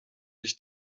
ich